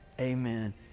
Amen